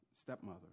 stepmother